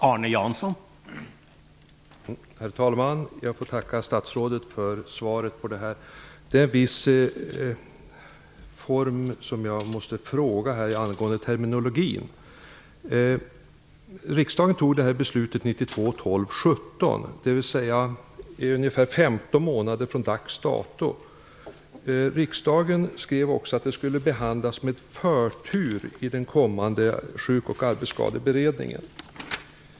Herr talman! Jag tackar statsrådet för svaret. Jag måste fråga angående terminologin här. Riksdagen fattade det här beslutet den 17 de cember 1992, dvs. för ungefär 15 månader sedan. Riksdagen skrev också att det skulle behandlas med förtur i den kommande Sjuk och arbets skadeberedningen.